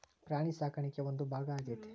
ಪ್ರಾಣಿ ಸಾಕಾಣಿಕೆಯ ಒಂದು ಭಾಗಾ ಆಗೆತಿ